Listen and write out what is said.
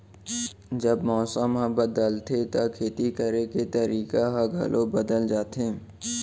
जब मौसम ह बदलथे त खेती करे के तरीका ह घलो बदल जथे?